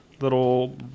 little